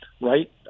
right